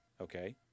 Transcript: Okay